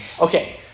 Okay